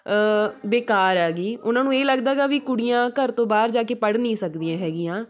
ਬੇਕਾਰ ਹੈਗੀ ਉਹਨਾਂ ਨੂੰ ਇਹ ਲੱਗਦਾ ਗਾ ਵੀ ਕੁੜੀਆਂ ਘਰ ਤੋਂ ਬਾਹਰ ਜਾ ਕੇ ਪੜ੍ਹ ਨਹੀਂ ਸਕਦੀਆਂ ਹੈਗੀਆਂ